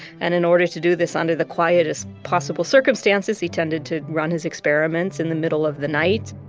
and in order to do this under the quietest possible circumstances, he tended to run his experiments in the middle of the night.